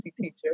teacher